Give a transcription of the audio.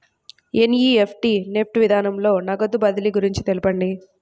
NEFT NEFT విధానంలో నగదు బదిలీ గురించి తెలుపండి?